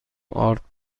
آرد